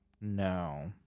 No